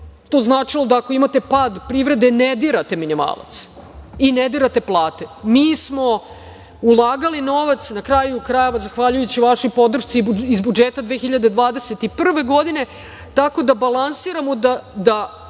to značilo da ako imate pad privrede, ne dirate minimalac i ne dirate plate. Mi smo ulagali novac, na kraju krajeva, zahvaljujući vašoj podršci iz budžeta 2021. godine tako da balansiramo da